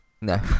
no